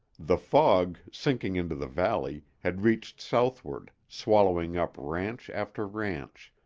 the fog, sinking into the valley, had reached southward, swallowing up ranch after ranch,